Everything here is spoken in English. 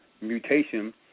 mutation